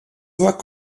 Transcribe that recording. voit